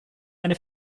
eine